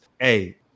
Hey